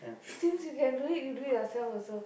since you can do it you do it yourself also